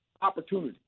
opportunity